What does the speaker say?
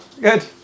good